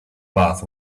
bath